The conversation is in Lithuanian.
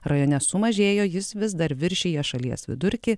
rajone sumažėjo jis vis dar viršija šalies vidurkį